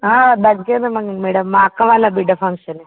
దగ్గర మ మేడం మా అక్క వాళ్ళ బిడ్డ ఫంక్షను